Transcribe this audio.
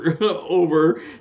over